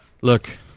Look